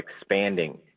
expanding